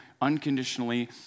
unconditionally